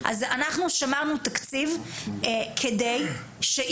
אנחנו שמרנו תקציב לארגונים,